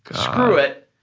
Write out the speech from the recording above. screw it,